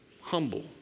Humble